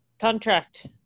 contract